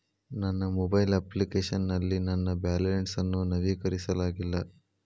ನನ್ನ mobile application ನಲ್ಲಿ ನನ್ನ ಬ್ಯಾಲೆನ್ಸ್ ಅನ್ನು ನವೀಕರಿಸಲಾಗಿಲ್ಲ